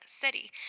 City